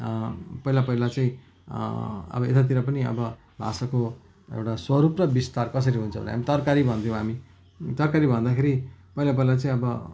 पहिला पहिला चाहिँ अब यतातिर पनि अब भाषाको एउटा स्वरूप र विस्तार कसरी हुन्छ भने हामी तरकारी भन्थ्यौँ हामी तरकारी भन्दाखेरि पहिला पहिला चाहिँ अब